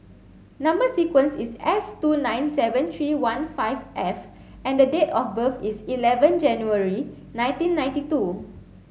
number sequence is S two nine seven three one five F and the date of birth is eleven January nineteen ninety two